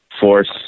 force